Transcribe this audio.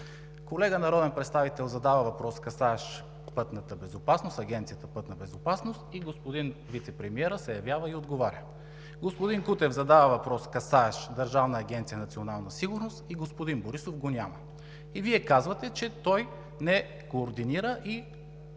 Колега народен представител задава въпрос, касаещ пътната безопасност, Агенция „Безопасност на движението по пътищата“, и господин Вицепремиерът се явява и отговаря. Господин Кутев задава въпрос, касаещ Държавна агенция „Национална сигурност“, и господин Борисов го няма. Вие казвате, че той не координира и не